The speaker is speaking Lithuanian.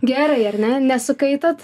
gerai ar ne nesukaitot